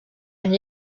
and